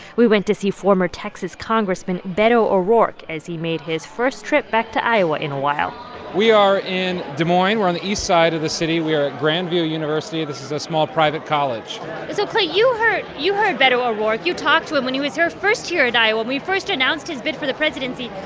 we went to see former texas congressman beto o'rourke as he made his first trip back to iowa in a while we are in des moines. we're on the east side of the city. we are at grand view university. this is a small private college so clay, you heard you heard beto o'rourke. you talked to him when he was here first here in iowa, when he first announced his bid for the presidency.